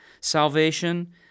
salvation